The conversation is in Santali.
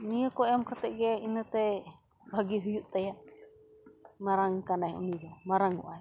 ᱱᱤᱭᱟᱹ ᱠᱚ ᱮᱢ ᱠᱟᱛᱮ ᱜᱮ ᱤᱱᱟᱹᱛᱮ ᱵᱷᱟᱜᱮ ᱦᱩᱭᱩᱜ ᱛᱟᱭᱟ ᱢᱟᱨᱟᱝ ᱠᱟᱱᱟᱭ ᱩᱱᱤ ᱫᱚ ᱢᱟᱨᱟᱝᱚᱜ ᱟᱭ